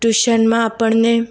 ટ્યુશનમાં આપણને